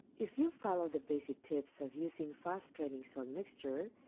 if you follow the basic tips of using fast draining soil mixture,